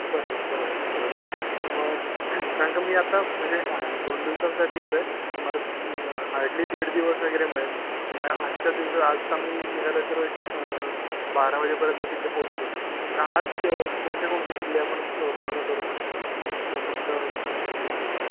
बरोबर बरोबर बरोबर मग कारण का मी आत्ता म्हणजे दोन दिवसांसाठी येतो आहे तर मला हार्डली दीड दिवस वगैरे मिळेल त्यामुळे आजच्या दिवसात आत्ता मी निघालो आहे तर एक बारा वाजेपर्यंत तिथे पोचलो तर आज कोणते कोणते किल्ले आपण पूर्ण करू शकतो किंवा कोणतं करू शकतो